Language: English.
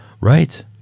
Right